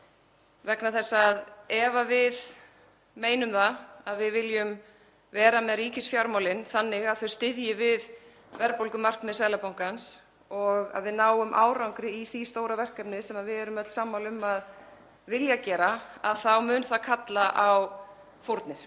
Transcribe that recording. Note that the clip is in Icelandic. Ef við meinum það að við viljum vera með ríkisfjármálin þannig að þau styðji við verðbólgumarkmið Seðlabankans og að við náum árangri í því stóra verkefni, sem við erum öll sammála um að vilja gera, þá mun það kalla á fórnir.